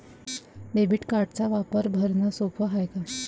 Debit कार्डचा वापर भरनं सोप हाय का?